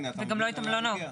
וגם לא את המלונות.